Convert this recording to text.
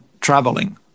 traveling